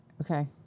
Okay